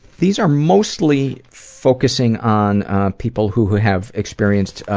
these are mostly focusing on people who have experienced